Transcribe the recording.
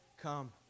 come